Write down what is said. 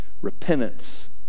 repentance